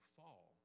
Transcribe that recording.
fall